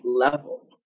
level